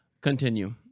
continue